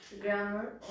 grammar